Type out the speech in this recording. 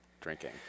drinking